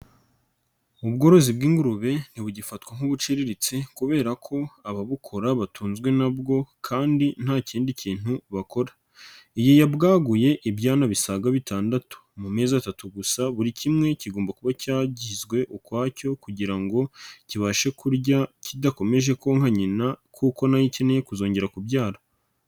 Ubworozi bw'ingurube ntibugifatwa nk'ubuciriritse kubera ko ababukora batunzwe na bwo kandi nta kindi kintu bakora, iyi yabwaguye ibyana bisaga bitandatu, mu mezi atatu gusa buri kimwe kigomba kuba cyagizwe ukwa cyo kugira ngo kibashe kurya kidakomeje konka nyina kuko na yo ikeneye kuzongera kubyara.